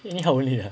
anyhow only ah